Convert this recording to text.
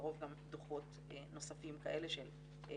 בקרוב גם דוחות נוספים כאלה של הביקורת.